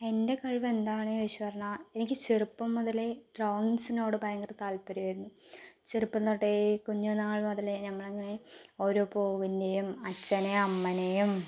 എൻ്റെ കഴിവ് എന്താണെണ് ചോദിച്ചു പറഞ്ഞാൽ എനിക്ക് ചെറുപ്പം മുതലേ ഡ്രോയിങ്സിനോട് ഭയങ്കര താല്പര്യമായിരുന്നു ചെറുപ്പം തൊട്ടേ കുഞ്ഞുന്നാൾ മുതലേ ഞങ്ങൾ അങ്ങനെ ഓരോ പൂവിൻ്റെയും അച്ഛനേയും അമ്മയേയും